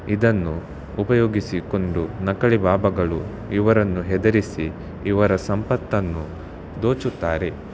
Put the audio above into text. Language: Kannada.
ಇದನ್ನು ಉಪಯೋಗಿಸಿಕೊಂಡು ನಕಲಿ ಬಾಬಾಗಳು ಇವರನ್ನು ಹೆದರಿಸಿ ಇವರ ಸಂಪತ್ತನ್ನು ದೋಚುತ್ತಾರೆ